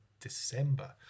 December